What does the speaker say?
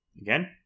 Again